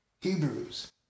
Hebrews